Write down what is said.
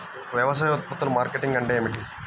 వ్యవసాయ ఉత్పత్తుల మార్కెటింగ్ అంటే ఏమిటి?